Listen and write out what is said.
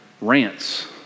rants